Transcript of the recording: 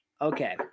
Okay